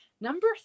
Number